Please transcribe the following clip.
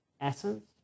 essence